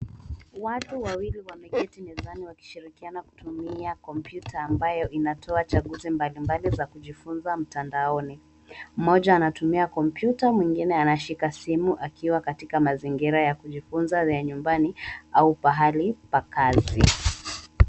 Watu wawili wameketi mezani wakishirikiana kutumia kompyuta ambayo inatoa chaguzi mbalimbali za kujifunza mtandaoni . Mmoja anatumia kompyuta mwingine anashika simu akiwa katika mazingira ya kujifunza ya nyumbani au pahali pa kazi .